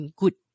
good